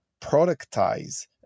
productize